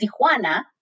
Tijuana